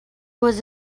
was